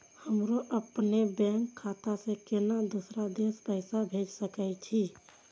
हमरो अपने बैंक खाता से केना दुसरा देश पैसा भेज सके छी?